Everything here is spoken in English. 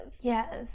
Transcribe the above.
yes